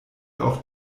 auch